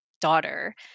daughter